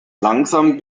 langsam